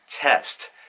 test